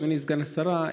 אדוני סגן השרה,